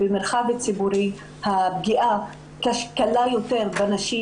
במרחב הציבורי הפגיעה קלה יותר בנשים,